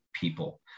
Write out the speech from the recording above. people